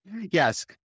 Yes